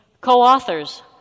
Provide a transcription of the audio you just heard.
co-authors